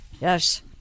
yes